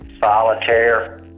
solitaire